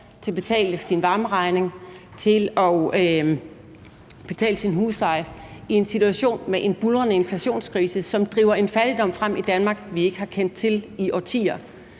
til at betale deres varmeregning og til at betale deres husleje i en situation med en buldrende inflationskrise, som driver en fattigdom frem i Danmark, vi ikke har kendt til i årtier.